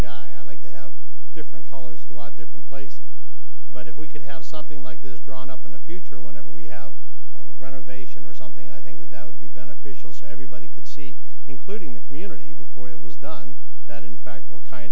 guy i like to have different colors throughout different places but if we could have something like this drawn up in the future whenever we have renovation or something i think that that would be beneficial so everybody could see including the community before it was done that in fact what kind